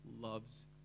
loves